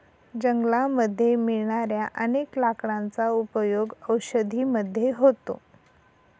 जंगलामध्ये मिळणाऱ्या अनेक लाकडांचा उपयोग औषधी मध्ये होतो